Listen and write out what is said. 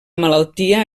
malaltia